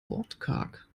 wortkarg